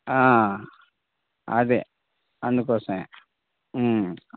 అదే అందుకోసమే